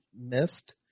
missed